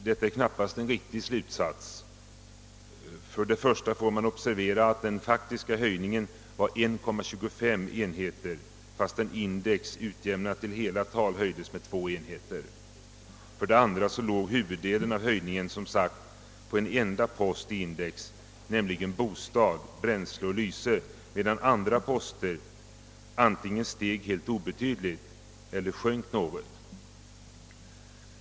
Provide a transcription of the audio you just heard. Detta är knappast en riktig slutsats. För det första kan man observera att den faktiska höjningen var 1,25 enhet, fastän index utjämnat till hela tal höjdes med två enheter. För det andra låg huvuddelen av höjningen som sagt på en enda post i index, nämligen bostad, bränsle och lyse, medan andra poster antingen steg helt obetydligt eller sjönk något.